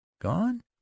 gone